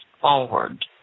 forward